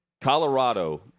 Colorado